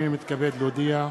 אני מתכבד להודיע,